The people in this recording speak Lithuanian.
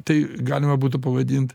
tai galima būtų pavadint